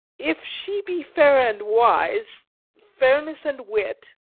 if she be fair and wise fairness and wit,